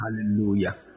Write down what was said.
Hallelujah